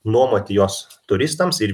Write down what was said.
nuomoti juos turistams ir